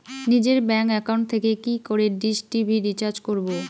নিজের bank account থেকে কি করে ডিশ টি.ভি রিচার্জ করবো?